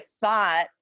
thought